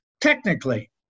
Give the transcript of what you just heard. Technically